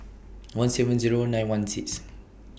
one seven Zero nine one six